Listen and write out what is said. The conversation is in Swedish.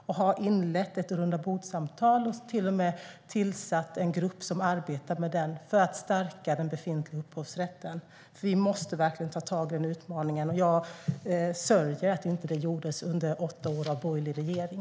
Jag har inlett ett rundabordssamtal och till och med tillsatt en grupp som arbetar för att stärka den befintliga upphovsrätten. Vi måste ta tag i denna utmaning, och jag sörjer att detta inte gjordes under åtta år av borgerlig regering.